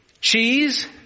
cheese